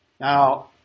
Now